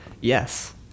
Yes